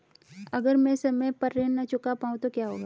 अगर म ैं समय पर ऋण न चुका पाउँ तो क्या होगा?